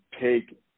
take